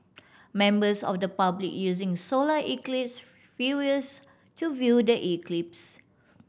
members of the public using solar eclipse viewers to view the eclipse